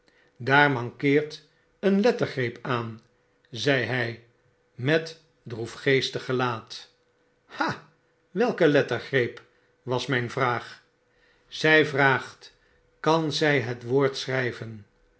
daar mankeert een lettergreepaan zeihy met droefgeestig gelaat fl ha i welke lettergreep was myn vraag b zij vraagt kan zy het woord schryven